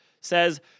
says